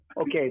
Okay